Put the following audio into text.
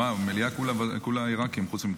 המליאה כולה עיראקים חוץ ממך.